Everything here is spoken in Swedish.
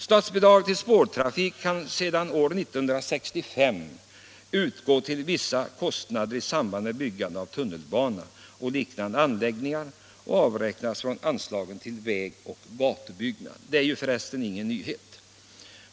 Statsbidrag till spårtrafik kan sedan år 1965 utgå till vissa kostnader i samband med byggande av tunnelbana och liknande anläggningar och avräknas från anslagen till väg och gatubyggnad. Det är inte någon nyhet.